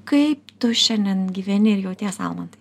kai tu šiandien gyveni ir jauties almantai